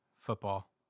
Football